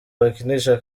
bakinisha